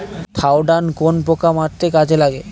Thiodan কোন পোকা মারতে কাজে লাগে?